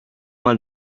mal